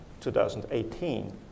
2018